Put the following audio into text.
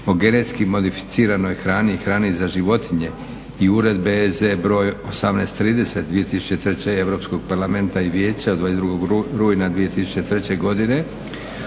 o genetski modificiranoj hrani i hrani za životinje i Uredbe (EZ) br. 1830/2003 Europskoga parlamenta i Vijeća od 22. rujna 2003. godine